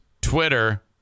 Twitter